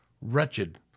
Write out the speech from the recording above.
wretched